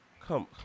Come